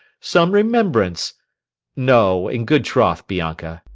some remembrance no, in good troth, bianca.